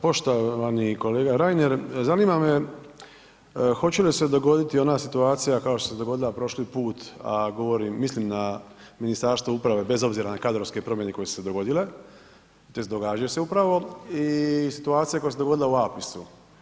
Poštovani kolega Reiner, zanima me hoće li se dogoditi ona situacija kao što se dogodila prošli put a mislim da Ministarstvo uprave bez obzira na kadrovske promjene koje su se dogodile tj. događaju se upravo i situacija koja se dogodila u APIS-u?